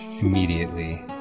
immediately